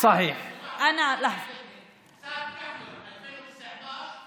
אין לי שום בעיה.